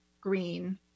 green